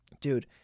dude